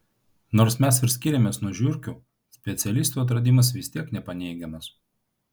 nors mes ir skiriamės nuo žiurkių specialistų atradimas vis tiek nepaneigiamas